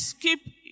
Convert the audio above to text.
keep